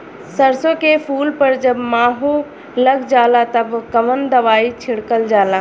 सरसो के फूल पर जब माहो लग जाला तब कवन दवाई छिड़कल जाला?